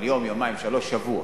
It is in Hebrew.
אבל יום, יומיים, שלושה, שבוע.